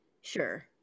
Sure